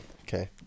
Okay